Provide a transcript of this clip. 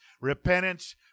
Repentance